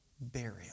burial